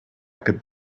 could